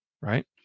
right